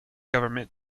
government